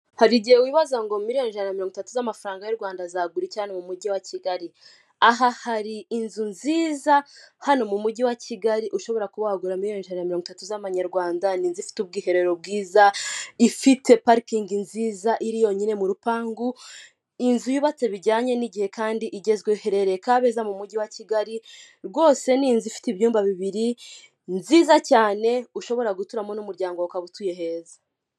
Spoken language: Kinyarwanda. Hari igihe wibaza ngo miliyoni ijana na mirongo itatu z'amafaranga y'u rwanda zagura iki hanomu mujyi wa kigali? Aha hari inzu nziza hano mu mujyi wa kigali ushobora kuba wagura miliyoni ijana na mirongo itatu z'amanyarwanda n'inzu ifite ubwiherero bwiza, ifite parikingi nziza iri yonyine muri rupangu, inzu yubatse bijyanye n'igihe kandi igezweho. Iherereye kabeza mu mujyi wa kigali rwose ni inzu ifite ibyumba bibiri nziza cyane ushobora guturamo n'umuryango ukaba utuye heza.